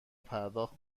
پرداخت